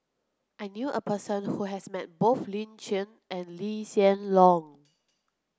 I knew a person who has met both Lin Chen and Lee Hsien Loong